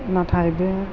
नाथाय बे